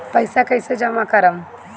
पैसा कईसे जामा करम?